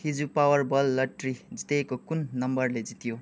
हिजो Powerball lottery जितेको कुन नम्बरले जित्यो